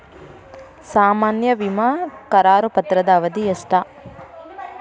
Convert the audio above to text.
ಸಾಮಾನ್ಯ ವಿಮಾ ಕರಾರು ಪತ್ರದ ಅವಧಿ ಎಷ್ಟ?